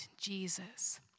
Jesus